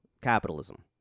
capitalism